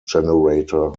generator